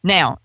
Now